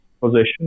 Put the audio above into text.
position